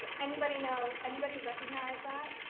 anybody know, anybody recognize that?